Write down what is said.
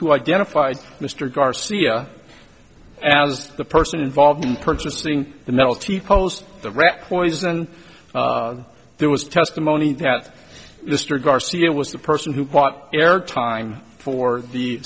who identified mr garcia as the person involved in purchasing the metal t post the rat poison there was testimony that mr garcia was the person who bought air time for the